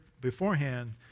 beforehand